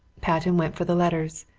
patten went for the letters.